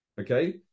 Okay